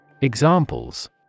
Examples